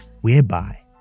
whereby